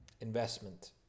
investment